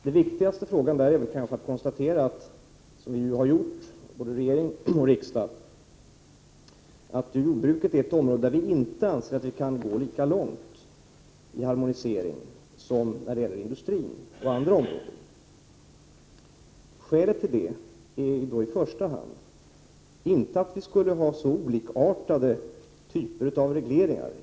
Det viktigaste är väl att konstatera, som regeringen och riksdagen har gjort, att jordbruket är det område där vi inte anser att vi kan gå lika långt i harmonisering som då det gäller industrin och andra områden. Skälet därtill är i första hand inte att vi skulle ha så olikartade typer av regleringar.